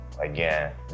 again